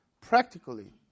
practically